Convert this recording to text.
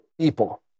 people